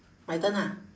my turn ah